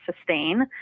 sustain